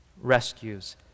rescues